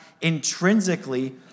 intrinsically